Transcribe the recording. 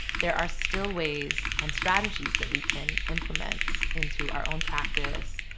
there are still ways and strategies that we can implement into our own practice,